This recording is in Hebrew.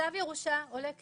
צו ירושה עולה כסף.